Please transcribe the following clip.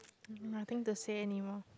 nothing to say anymore